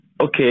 Okay